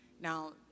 Now